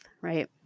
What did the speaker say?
right